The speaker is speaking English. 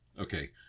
okay